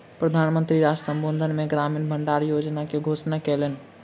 प्रधान मंत्री राष्ट्र संबोधन मे ग्रामीण भण्डार योजना के घोषणा कयलैन